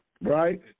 right